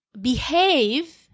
behave